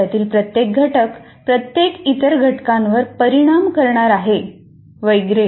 त्यातील प्रत्येक घटक प्रत्येक इतर घटकांवर परिणाम करणार आहे वगैरे